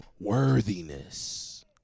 worthiness